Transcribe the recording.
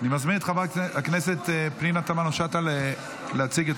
אני מזמין את חברת הכנסת פנינה תמנו שטה להציג את